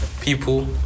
people